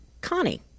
Connie